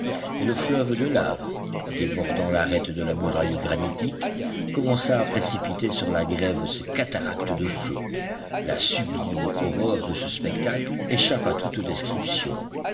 et le fleuve de laves débordant l'arête de la muraille granitique commença à précipiter sur la grève ses cataractes de feu la sublime horreur de ce spectacle échappe à toute description